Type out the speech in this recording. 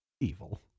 evil